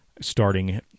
starting